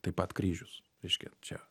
taip pat kryžius reiškia čia